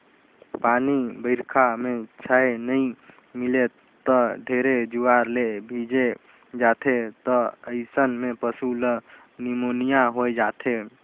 पानी बइरखा में छाँय नइ मिले त ढेरे जुआर ले भीजे जाथें त अइसन में पसु ल निमोनिया होय जाथे